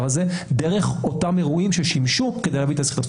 הזה דרך אותם אירועים ששימשו כדי להעביר את הסחיטה.